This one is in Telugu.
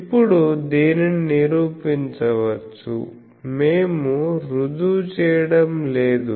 ఇప్పుడు దీనిని నిరూపించవచ్చు మేము రుజువు చేయడం లేదు